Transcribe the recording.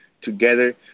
together